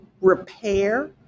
repair